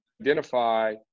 identify